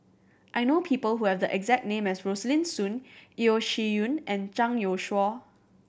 I know people who have the exact name as Rosaline Soon Yeo Shih Yun and Zhang Youshuo